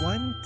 One